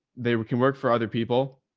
they can work for other people,